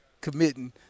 committing